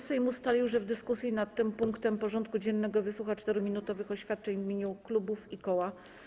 Sejm ustalił, że w dyskusji nad tym punktem porządku dziennego wysłucha 4-minutowych oświadczeń w imieniu klubów i koła.